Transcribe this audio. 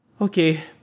okay